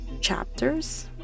chapters